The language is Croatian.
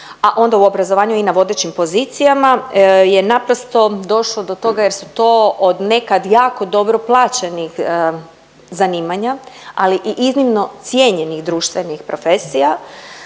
a onda u obrazovanju i na vodećim pozicijama je naprosto došlo do toga jer su to od nekad jako dobro plaćena zanimanja, ali i iznimno cijenjenih profesija.